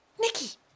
Nicky